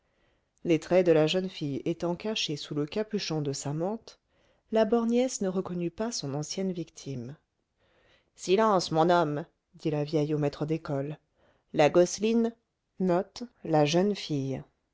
les traits de la jeune fille étant cachés sous le capuchon de sa mante la borgnesse ne reconnut pas son ancienne victime silence mon homme dit la vieille au maître d'école la gosseline